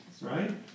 Right